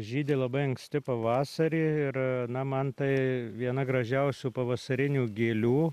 žydi labai anksti pavasarį ir na man tai viena gražiausių pavasarinių gėlių